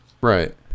right